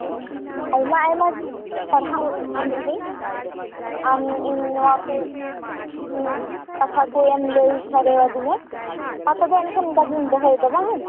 ᱚ ᱟᱭᱢᱟ ᱟᱭᱢᱟ ᱥᱟᱨᱦᱟᱣ ᱮᱢᱮᱞᱤ ᱟᱢ ᱤᱧ ᱱᱚᱣᱟ ᱠᱚ ᱠᱟᱛᱷᱟ ᱠᱚ ᱮᱢ ᱞᱟᱹᱭ ᱥᱟᱰᱮ ᱟᱫᱤᱧᱟ ᱢᱟ ᱛᱚᱵᱮ ᱮᱱᱠᱷᱟᱱ ᱚᱱᱠᱟᱜᱤᱧ ᱫᱚᱦᱚᱭᱮᱫᱟ ᱵᱟᱝ